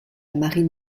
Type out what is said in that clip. marine